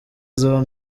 zombi